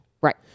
Right